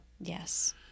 Yes